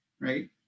right